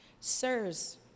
Sirs